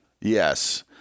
Yes